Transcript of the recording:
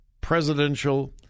presidential